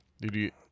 Dude